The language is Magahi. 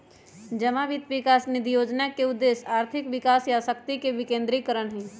जमा वित्त विकास निधि जोजना के उद्देश्य आर्थिक विकास आ शक्ति के विकेंद्रीकरण हइ